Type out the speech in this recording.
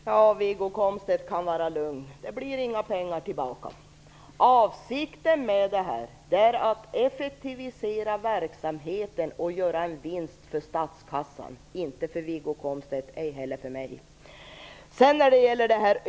Fru talman! Wiggo Komstedt kan vara lugn. Det blir inga pengar tillbaka. Avsikten är att effektivisera verksamheten och göra en vinst för statskassan, inte för Wiggo Komstedt ej heller för mig.